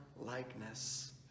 likeness